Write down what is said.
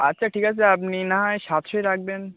আচ্ছা ঠিক আছে আপনি না হয় সাতশোই রাখবেন